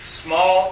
small